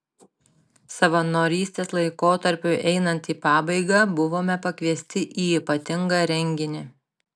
savanorystės laikotarpiui einant į pabaigą buvome pakviesti į ypatingą renginį